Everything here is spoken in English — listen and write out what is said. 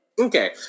Okay